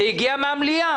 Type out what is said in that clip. זה הגיע מהמליאה.